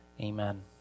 Amen